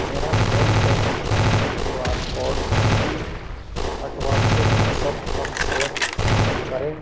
मेरा फोन पर Q R code भक्ति हटवाल से वाट्सअप पर सेयर करें